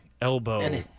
elbow